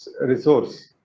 Resource